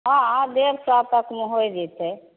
हॅं डेढ़ सए तकमे होइ जेतै